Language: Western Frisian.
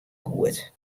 goed